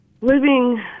living